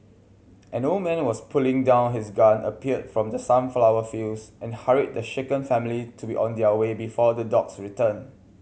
an old man was putting down his gun appeared from the sunflower fields and hurried the shaken family to be on their way before the dogs return